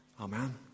Amen